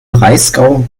breisgau